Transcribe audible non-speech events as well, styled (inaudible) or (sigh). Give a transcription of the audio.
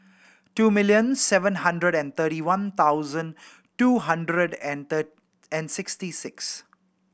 two million seven hundred and thirty one thousand two hundred and (unintelligible) and sixty six